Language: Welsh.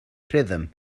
rhythm